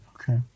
okay